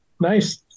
nice